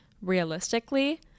realistically